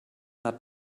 hat